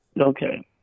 Okay